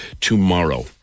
tomorrow